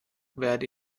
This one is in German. werde